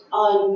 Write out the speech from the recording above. on